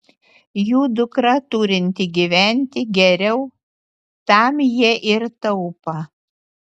jų dukra turinti gyventi geriau tam jie ir taupą